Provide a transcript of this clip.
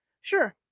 Sure